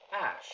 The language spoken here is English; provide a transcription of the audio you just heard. ash